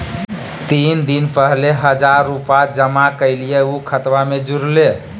तीन दिन पहले हजार रूपा जमा कैलिये, ऊ खतबा में जुरले?